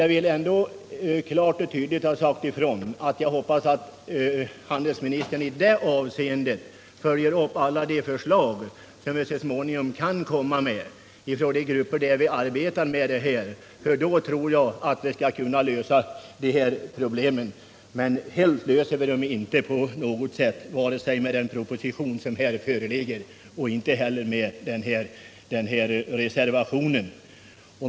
Jag vill säga ifrån klart och tydligt att här fattas mycket, och jag hoppas att handelsministern i det avseendet följer upp alla de förslag som vi så småningom kan komma att lägga fram från de grupper där vi arbetar med de här frågorna. Då tror jag att vi bättre skall kunna lösa de här problemen. Nu löser vi dem inte vare sig vi följer den proposition och det utskottsbetänkande som föreligger eller reservationerna.